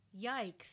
Yikes